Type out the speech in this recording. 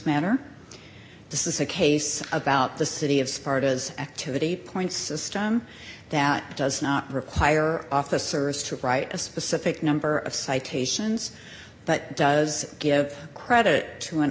manner this is a case about the city of sparta's activity points system that does not require officers to write a specific number of citations but it does give credit to an